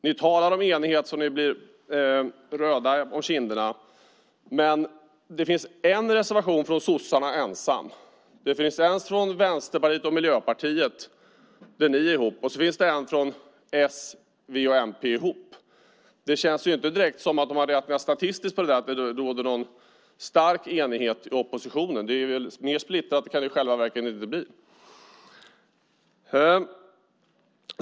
Ni talar om enighet så att ni blir röda om kinderna. Men det finns en reservation från bara sossarna, det finns en gemensam från Vänsterpartiet och Miljöpartiet, och sedan finns det en gemensam från s, v och mp. Det känns inte direkt som att man har räknat statistiskt på att det råder någon stark enighet i oppositionen. I själva verket kan det inte bli mer splittrat. Herr talman!